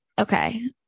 Okay